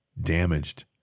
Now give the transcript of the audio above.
damaged